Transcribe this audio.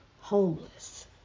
homeless